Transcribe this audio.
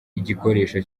igikoresho